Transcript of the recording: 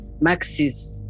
maxis